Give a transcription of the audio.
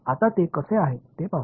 आता ते कसे आहे ते पाहूया